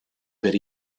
per